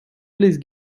please